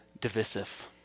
divisive